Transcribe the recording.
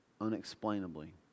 unexplainably